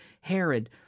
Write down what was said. Herod